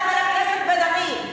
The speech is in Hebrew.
חבר הכנסת בן-ארי,